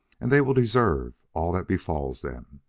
and they will deserve all that befalls them.